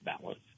balance